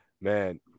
Man